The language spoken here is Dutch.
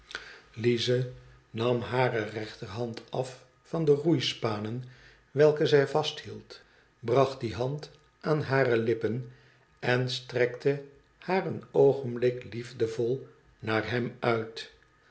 lize nam hare rechterhand af van de roeispanen welke zij vasthield bracht die hand aan hare lippen en strekte haar een oogenblik liefdevol naar hem uit